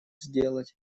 сделать